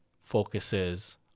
focuses